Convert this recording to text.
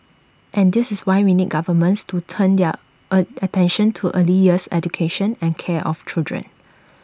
and this is why we need governments to turn their A attention to early years education and care of children